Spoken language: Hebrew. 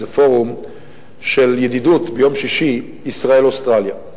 באיזה פורום ידידות ישראל אוסטרליה.